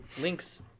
links